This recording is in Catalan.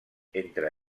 entre